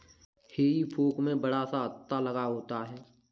हेई fork में बड़ा सा हत्था लगा होता है